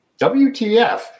WTF